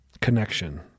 connection